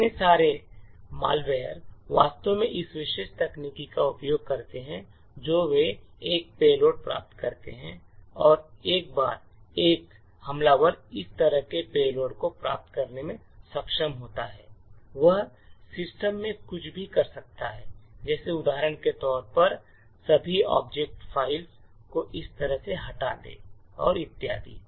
इतने सारे मैलवेयर वास्तव में इस विशेष तकनीक का उपयोग करते हैं जो वे एक पेलोड प्राप्त करते हैं और एक बार एक हमलावर इस तरह के पेलोड को प्राप्त करने में सक्षम होता है वह सिस्टम में कुछ भी कर सकता है जैसे उदाहरण के तौर पर सभी ऑब्जेक्ट फ़ाइलों को इस तरह से हटा दें और इत्यादि